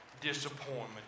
disappointment